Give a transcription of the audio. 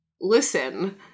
listen